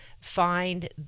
find